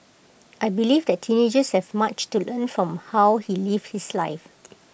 I believe that teenagers have much to learn from how he lived his life